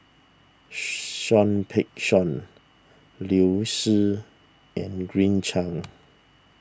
Seah Peck Seah Liu Si and Green Cheng